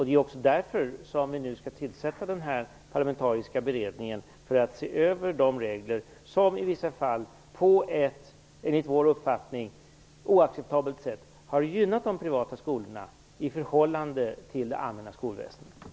Det är också därför som vi nu skall tillsätta den här parlamentariska beredningen för att se över de regler som i vissa fall på ett enligt vår uppfattning oacceptabelt sätt har gynnat de privata skolorna i förhållande till det allmänna skolväsendet.